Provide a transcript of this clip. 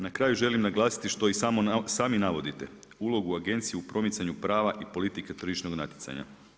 Na kraju želim naglasiti što i sami navodite, ulogu agencije u promicanju prava i politike tržišnog natjecanja.